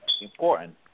important